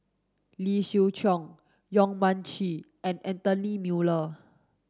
Lee Siew Choh Yong Mun Chee and Anthony Miller